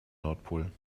nordpol